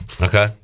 Okay